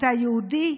אתה יהודי,